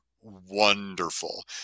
wonderful